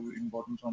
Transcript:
important